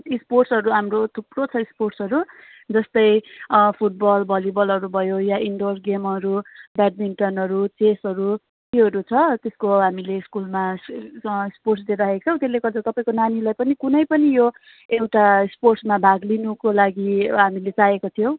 स्पोर्ट्सहरू हाम्रो थुप्रो छ स्पोर्ट्सहरू जस्तै फुटबल भलिबलहरू भयो या इनडोर गेमहरू ब्याटमिन्टनहरू चेसहरू त्योहरू छ त्यसको हामीले स्कुलमा अँ स्पोर्ट्स डे राखेको छौँ त्यसले गर्दा तपाईँको नानीलाई पनि कुनै पनि यो एउटा स्पोर्ट्मा भाग लिनको लागि हामीले चाहेको थियौँ